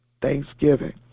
thanksgiving